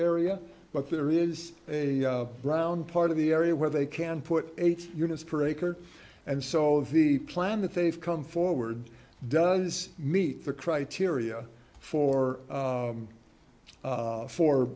area but there is a brown part of the area where they can put eight units per acre and so the plan that they've come forward does meet the criteria for